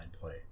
play